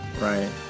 right